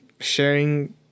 sharing